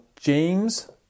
James